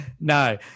No